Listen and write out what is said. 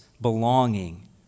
belonging